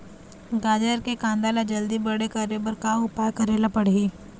गाजर के कांदा ला जल्दी बड़े करे बर का उपाय करेला पढ़िही?